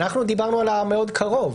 אנחנו דיברנו על המאוד קרוב.